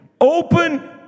open